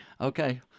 Okay